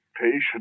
patient